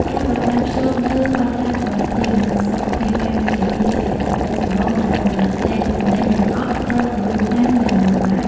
ការប្រកាន់ខ្ជាប់នូវបទដ្ឋានសុវត្ថិភាព និងសុខភាពការងារ គឺជាកាតព្វកិច្ចចម្បងដែលបុគ្គលិកឃ្លាំងទំនិញទាំងអស់ត្រូវគោរពតាមយ៉ាងម៉ឺងម៉ាត់។